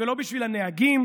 ולא בשביל הנהגים,